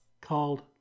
called